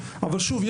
אבל שוב,